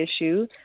issue